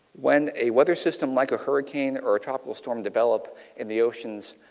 when a weather system like a hurricane or tropical storm develops in the ocean's,